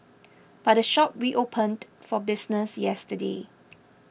but the shop reopened for business yesterday